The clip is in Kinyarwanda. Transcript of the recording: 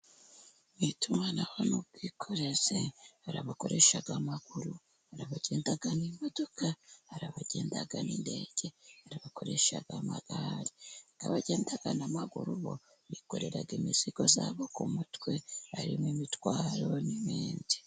Mu itumanaho n'ubwikorezi hari abakoresha amaguru, hari abagenda n'imodoka, hari abagenda n'indege, narabakoresha amagare, bagenda n'amaguru ubu bikorera imizigo zabo ku mutwe harimo imitwaro n'ibindi.